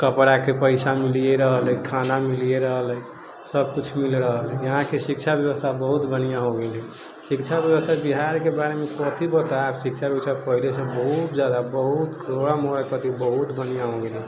कपड़ाके पैसा मिलिये रहल अय खाना मिलिये रहल अय सब किछु मिल रहल अय यहाँके शिक्षा व्यवस्था बहुत बढ़िआँ हो गेलै शिक्षा व्यवस्था बिहारके बारेमे कथी बतायब शिक्षा व्यवस्था पहिलेसँ बहुत जादा बहुत थोड़ा मोड़ा कथी बहुत बढ़िआँ हो गेलै